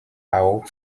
auch